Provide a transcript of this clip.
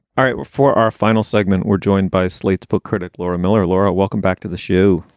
all right, before our final segment, we're joined by slate's book critic, laura miller. laura, welcome back to the show.